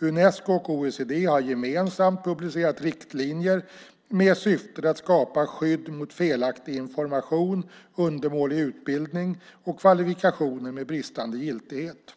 Unesco och OECD har gemensamt publicerat riktlinjer med syftet att skapa skydd mot felaktig information, undermålig utbildning och kvalifikationer med bristande giltighet.